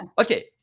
Okay